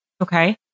Okay